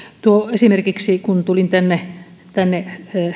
esimerkiksi kun tulin tänne tänne